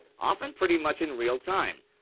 often pretty much in real time.